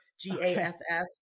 G-A-S-S